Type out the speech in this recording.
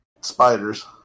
spiders